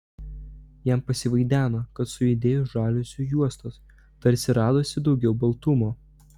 jam pasivaideno kad sujudėjo žaliuzių juostos tarsi radosi daugiau baltumo